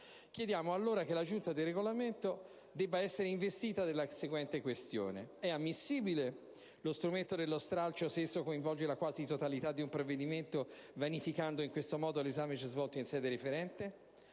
Chiediamo, allora, che la Giunta per il Regolamento sia investita della seguente questione: è ammissibile lo strumento dello stralcio se esso coinvolge la quasi totalità di un provvedimento vanificando, in questo modo, l'esame già svolto in sede referente?